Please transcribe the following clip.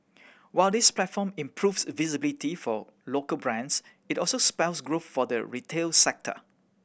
while this platform improves visibility for local brands it also spells growth for the retail sector